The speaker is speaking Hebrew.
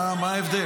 מה ההבדל?